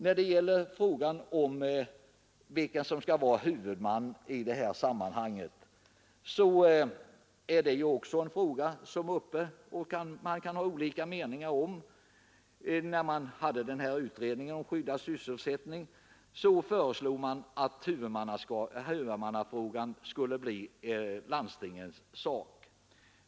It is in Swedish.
När det gäller huvudmannaskapet kan man ha olika meningar. Utredningen om skyddad sysselsättning föreslog på sin tid att landstingen skulle bli huvudmän.